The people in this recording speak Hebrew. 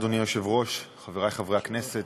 אדוני היושב-ראש, תודה, חברי חברי הכנסת,